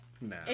No